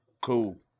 Cool